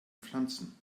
pflanzen